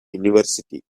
university